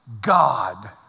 God